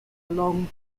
along